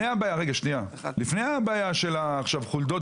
הפנייה היא לעירייה.